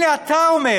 הנה, אתה אומר